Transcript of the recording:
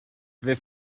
fydd